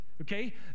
okay